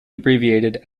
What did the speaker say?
abbreviated